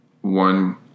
one